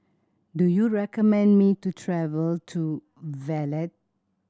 do you recommend me to travel to Valletta